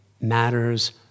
matters